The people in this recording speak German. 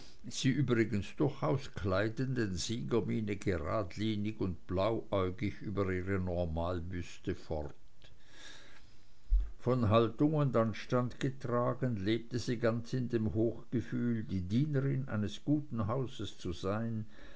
übrigens durchaus kleidenden siegermiene gradlinig und blauäugig über ihre normalbüste fort von haltung und anstand getragen lebte sie ganz in dem hochgefühl die dienerin eines guten hauses zu sein